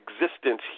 existence